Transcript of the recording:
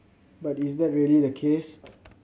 but is that really the case